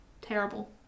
terrible